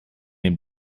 den